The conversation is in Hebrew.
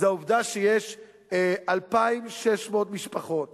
זה העובדה שיש 2,600 משפחות